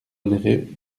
onéreux